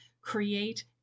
create